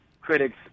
critics